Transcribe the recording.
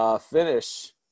finish